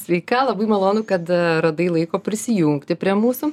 sveika labai malonu kad radai laiko prisijungti prie mūsų